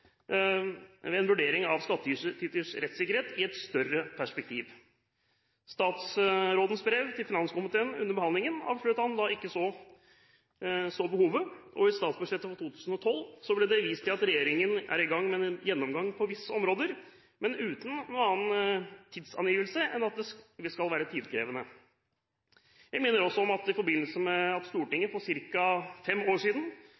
Ved behandlingen av Representantforslag 17 S for 2010–2011 fra Fremskrittspartiet om bedre rettssikkerhet for skattyter vedtok Stortinget at regjeringen skulle komme tilbake til Stortinget på en egnet måte med en vurdering av skattyteres rettssikkerhet i et større perspektiv. I statsrådens brev til finanskomiteen under behandlingen avslørte han at han ikke så behovet, og i statsbudsjettet for 2012 ble det vist til at regjeringen er i gang med en gjennomgang på visse områder, men uten noen annen tidsangivelse enn at det